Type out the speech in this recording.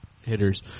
hitters